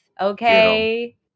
Okay